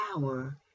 power